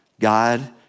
God